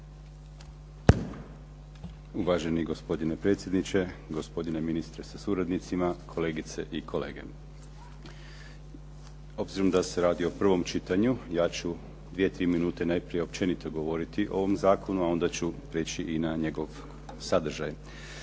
Uvaženi gospodine predsjedniče, gospodine ministre sa suradnicima, kolegice i kolege. Obzirom da se radi o prvom čitanju, ja ću dvije, tri minute najprije općenito govoriti o ovom zakonu, a onda ću prijeći i na njegov sadržaj.